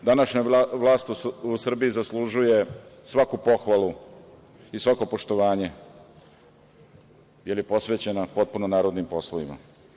Današnja vlast u Srbiji zaslužuje svaku pohvalu i svako poštovanje, jer je posvećena potpuno narodnim poslovima.